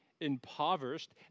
impoverished